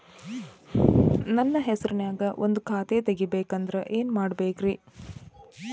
ನನ್ನ ಹೆಸರನ್ಯಾಗ ಒಂದು ಖಾತೆ ತೆಗಿಬೇಕ ಅಂದ್ರ ಏನ್ ಮಾಡಬೇಕ್ರಿ?